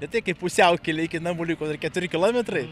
ne tai kaip pusiaukelėj iki namų liko dar keturi kilometrai